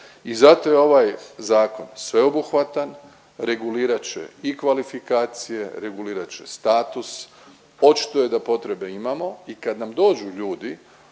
I zato je ovaj zakon sveobuhvatan, regulirat će i kvalifikacije, regulirat će status. Očito je da potrebe imamo. I kad nam dođu ljudi